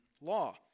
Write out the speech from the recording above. law